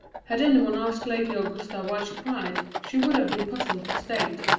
had any one asked lady augusta why she cried, she would have been puzzled to state.